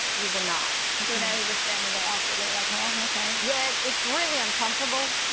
you were not. so now you're just standing there awkwardly like, well, okay. yes, it's really uncomfortable.